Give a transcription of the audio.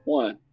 one